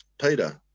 Peter